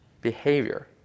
behavior